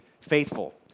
faithful